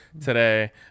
today